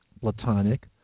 platonic